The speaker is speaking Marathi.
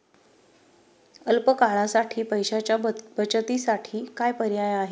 अल्प काळासाठी पैशाच्या बचतीसाठी काय पर्याय आहेत?